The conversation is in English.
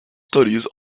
studies